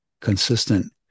consistent